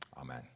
amen